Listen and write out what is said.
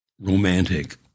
romantic